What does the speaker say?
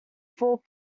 ford